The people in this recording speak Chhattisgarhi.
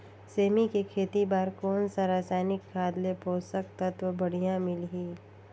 सेमी के खेती बार कोन सा रसायनिक खाद ले पोषक तत्व बढ़िया मिलही?